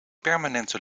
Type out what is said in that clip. permanente